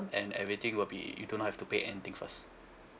and everything will be you do not have to pay anything first